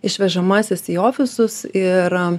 išvežamasis į ofisus ir